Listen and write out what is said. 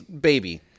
baby